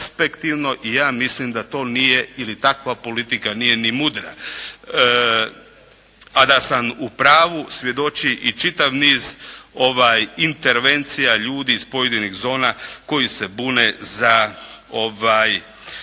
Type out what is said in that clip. perspektivno i ja mislim da to nije ili takva politika nije ni mudra. A da sam u pravu svjedoči i čitav niz intervencija ljudi iz pojedinih zona koji se bune za